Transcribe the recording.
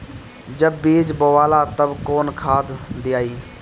जब बीज बोवाला तब कौन खाद दियाई?